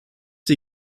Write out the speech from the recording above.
die